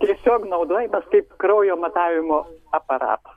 tiesiog naudojamas taip kraujo matavimo aparatas